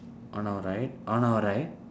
on our right on our right